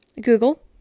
Google